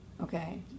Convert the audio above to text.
Okay